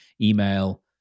email